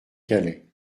calais